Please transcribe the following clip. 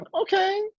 Okay